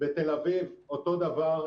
בתל אביב אותו דבר,